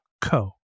co